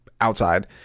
outside